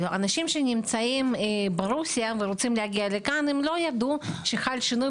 אנשים שנמצאים ברוסיה ורוצים להגיע לכאן הם לא ידעו שחל שינוי